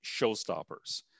showstoppers